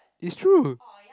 is true